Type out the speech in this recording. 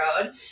road